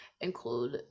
include